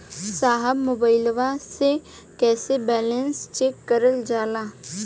साहब मोबइलवा से कईसे बैलेंस चेक करल जाला?